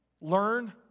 learn